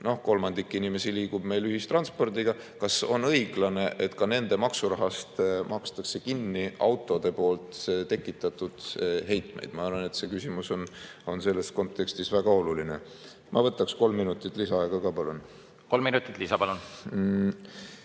puhul. Kolmandik inimesi liigub meil ühistranspordiga. Kas on õiglane, et ka nende maksurahast makstakse kinni autode tekitatud heitmeid? Ma arvan, et see küsimus on selles kontekstis väga oluline. Ma võtaksin kolm minutit lisaaega ka. Aitäh, austatud